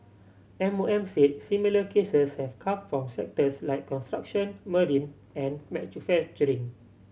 M O M said similar cases have come from sectors like construction marine and